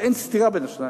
ואין סתירה בין השניים.